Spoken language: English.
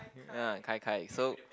ya gai-gai so